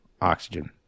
oxygen